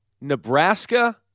Nebraska